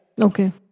okay